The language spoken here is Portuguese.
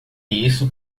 isso